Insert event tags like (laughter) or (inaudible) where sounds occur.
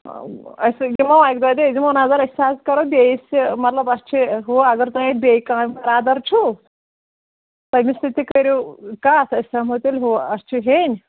(unintelligible) اَسہِ دِمو اَکہِ دوٚیہِ دۄہہِ أسۍ دِمو نظر أسۍ حظ کَرو بیٚیِس یہِ مطلب اَسہِ چھِ ہُہ اگر تۄہہِ اَتہِ بیٚیہِ کانٛہہ بَرادَر چھُو تٔمِس سۭتۍ تہِ کٔرِو کَتھ أسۍ (unintelligible) تیٚلہِ ہُہ اَسہِ چھِ ہیٚنۍ